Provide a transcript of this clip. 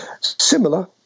Similar